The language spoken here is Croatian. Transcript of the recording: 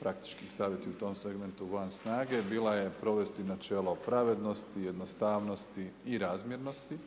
praktički staviti u tom segmentu van snage. Bila je provesti načelo pravednosti, jednostavnosti i razmjernosti.